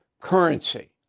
currency